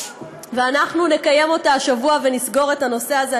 ואנחנו נקיים אותה השבוע ונסגור את הנושא הזה.